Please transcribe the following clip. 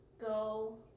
go